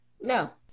no